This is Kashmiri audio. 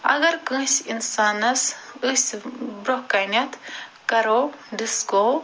اگر کٲنسہِ انسانس أسۍ برٛونٛہہ کٔنیٚتھ کرو ڈِسکو